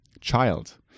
child